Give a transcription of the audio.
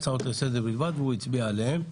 הוא נימק למה?